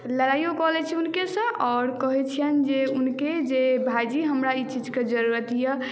लड़ाइओ कऽ लैत छी हुनकेसँ आओर कहैत छियनि जे हुनके जे भाइजी हमरा ई चीजके जरूरत यए